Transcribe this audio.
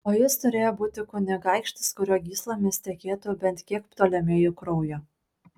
o jis turėjo būti kunigaikštis kurio gyslomis tekėtų bent kiek ptolemėjų kraujo